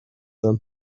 them